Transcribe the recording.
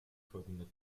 folgende